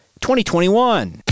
2021